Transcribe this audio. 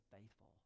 faithful